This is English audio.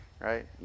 Right